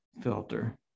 filter